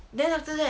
then after that